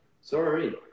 Sorry